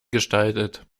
gestaltet